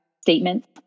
statements